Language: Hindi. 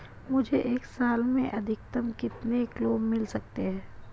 मुझे एक साल में अधिकतम कितने क्लेम मिल सकते हैं?